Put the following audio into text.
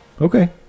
Okay